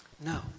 No